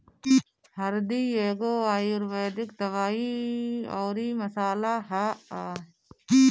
हरदी एगो आयुर्वेदिक दवाई अउरी मसाला हअ